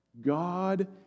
God